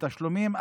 בתשלומים,